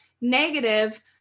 negative